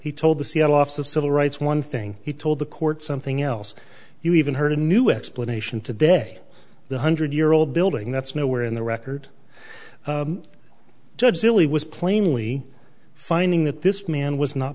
he told the seattle office of civil rights one thing he told the court something else you even heard a new explanation today the hundred year old building that's nowhere in the record judge silly was plainly finding that this man was not